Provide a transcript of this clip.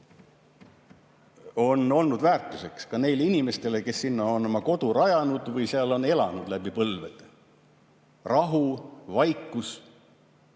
on olnud väärtuseks ka neile inimestele, kes on sinna oma kodu rajanud või seal elanud, läbi põlvede – rahu ja vaikus.